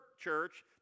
church